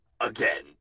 again